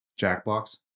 jackbox